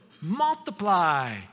Multiply